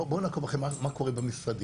בואו נעקוב אחרי מה קורה במשרדים.